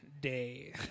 day